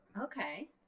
Okay